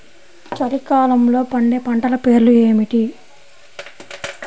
చలికాలంలో పండే పంటల పేర్లు ఏమిటీ?